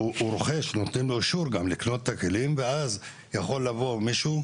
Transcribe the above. הוא נותן אישור גם לקלוט את הכלים ואז יכול לבוא מישהו,